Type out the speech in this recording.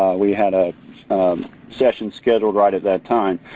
we had a um session scheduled right at that time.